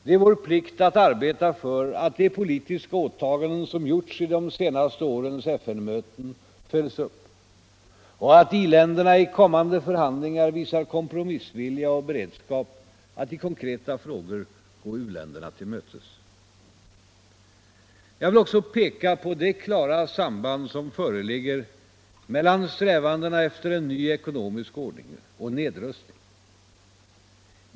Det är vår plikt att arbeta för att de politiska åtaganden som gjorts vid de senaste årens FN-möten följs upp och att i-länderna i kommande förhandlingar visar kompromissvilja och beredskap att i konkreta frågor gå u-länderna till mötes. Jag vill också peka på det klara samband som föreligger mellan strävandena efter en ny ekonomisk ordning och nedrustning.